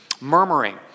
murmuring